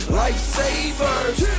lifesavers